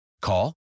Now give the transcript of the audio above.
Call